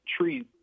trees